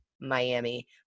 Miami